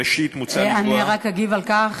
ראשית, מוצע לקבוע, אני רק אגיב על כך.